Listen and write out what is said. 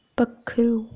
पक्खरू